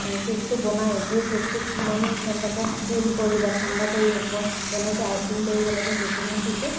কেকটো বনাই সেই কেকটো কিমান টেম্প্ৰেচাৰত কুল কৰি বা ঠাণ্ডা কৰি মই কেনেকৈ আইচিং কৰিব লাগিব মই সেইখিনি শিকিছোঁ